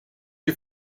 you